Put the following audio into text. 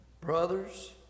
brothers